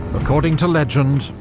according to legend,